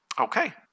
Okay